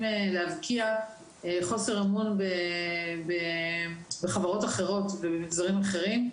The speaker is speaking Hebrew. להבקיע חוסר אמון בחברות אחרות ובמגזרים אחרים.